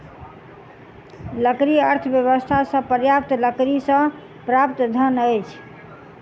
लकड़ी अर्थव्यवस्था सॅ तात्पर्य लकड़ीसँ प्राप्त धन अछि